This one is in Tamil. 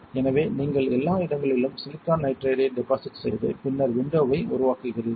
எனவே நீங்கள் எல்லா இடங்களிலும் சிலிக்கான் நைட்ரைடை டெபாசிட் செய்து பின்னர் விண்டோவை உருவாக்குவீர்கள்